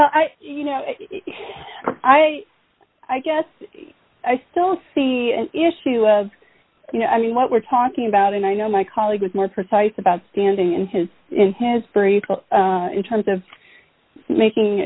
i you know i i guess i still see an issue of you know i mean what we're talking about and i know my colleague was more precise about standing in his in his theory in terms of making